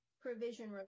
provision